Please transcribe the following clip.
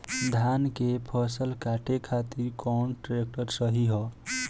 धान के फसल काटे खातिर कौन ट्रैक्टर सही ह?